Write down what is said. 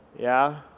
yeah?